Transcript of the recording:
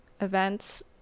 events